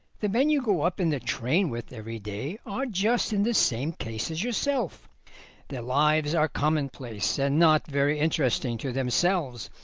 the men you go up in the train with every day are just in the same case as yourself their lives are commonplace and not very interesting to themselves,